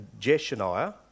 Jeshaniah